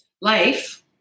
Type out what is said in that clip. Life